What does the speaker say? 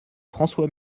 françois